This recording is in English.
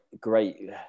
great